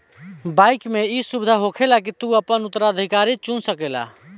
bike मे ई सुविधा होखेला की तू आपन उत्तराधिकारी चुन सकेल